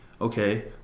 okay